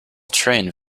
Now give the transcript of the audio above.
trained